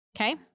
Okay